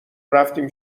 رفتیم